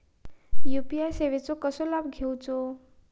UPI सेवाचो कसो लाभ घेवचो?